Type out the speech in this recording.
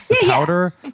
powder